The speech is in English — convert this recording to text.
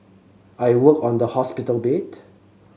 I worked on the hospital bed